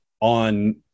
on